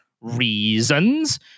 reasons